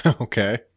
Okay